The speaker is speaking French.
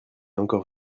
encore